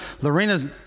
Lorena's